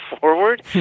forward